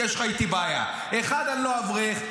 יש לך בעיה איתי: 1. אני לא אברך,